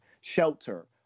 shelter